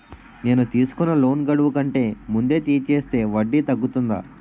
నేను తీసుకున్న లోన్ గడువు కంటే ముందే తీర్చేస్తే వడ్డీ తగ్గుతుందా?